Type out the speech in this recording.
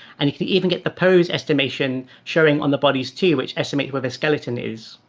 and you can even get the pose estimation showing on the bodies, too which estimate where the skeleton is.